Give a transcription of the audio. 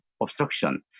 obstruction